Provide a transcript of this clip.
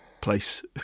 Place